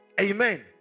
Amen